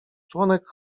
członek